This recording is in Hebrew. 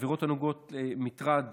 עבירות הנוגעות למטרד